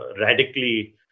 radically